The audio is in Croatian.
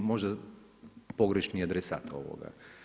Možda je pogrešni adresat ovoga.